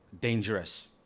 dangerous